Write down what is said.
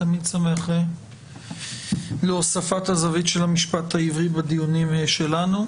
אני תמיד שמח להוספת הזווית של המשפט העברי בדיונים שלנו.